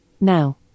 Now